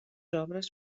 obres